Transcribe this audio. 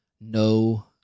No